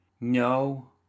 no